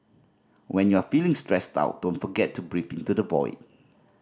when you are feeling stressed out don't forget to breathe into the void